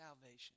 salvation